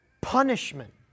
punishment